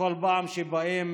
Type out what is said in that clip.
בכל פעם שבאים